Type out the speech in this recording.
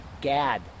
Gad